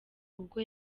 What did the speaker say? ubwo